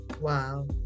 wow